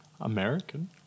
american